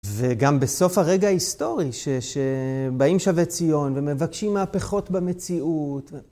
וגם בסוף הרגע ההיסטורי, שבאים שבי ציון ומבקשים מהפכות במציאות.